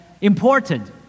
important